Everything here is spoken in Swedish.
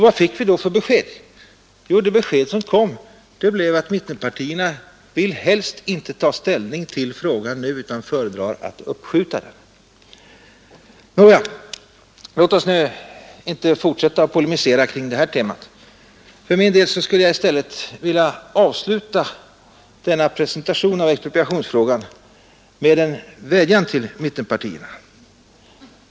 Vad fick vi då för besked? Jo, det besked som kom gick ut på att mittenpartierna helst inte vill ta ställning till frågan nu utan föredrar att uppskjuta den. Nåja, låt oss inte fortsätta att polemisera kring det här temat. För min del skulle jag vilja avsluta denna presentation av expropriationsfrågan med en vädjan till mittenpartierna.